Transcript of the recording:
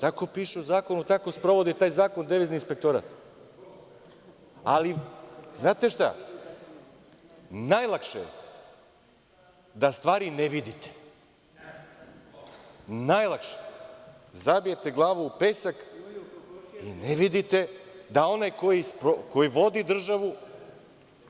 Tako piše u zakonu, tako sprovode taj zakon, devizni inspektorat, ali znate šta, najlakše je da stvari ne vidite, najlakše da zabijete glavu u pesak i ne vidite da onaj koji vodi državu